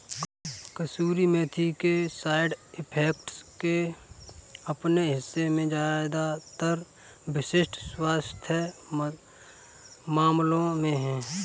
कसूरी मेथी के side effects के अपने हिस्से है ज्यादातर विशिष्ट स्वास्थ्य मामलों में है